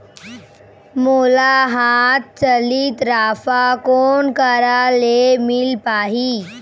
मोला हाथ चलित राफा कोन करा ले मिल पाही?